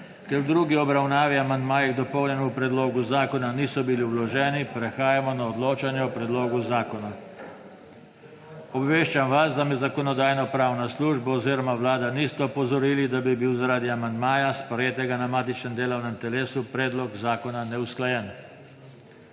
Ker v drugi obravnavi amandmaji k dopolnjenemu predlogu zakona niso bili vloženi, prehajamo na odločanje o predlogu zakona. Obveščam vas, da me Zakonodajno-pravna služba oziroma Vlada nista opozorili, da bi bil zaradi amandmaja, sprejetega na matičnem delovnem telesu, predlog zakona neusklajen.